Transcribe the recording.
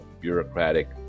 bureaucratic